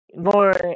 more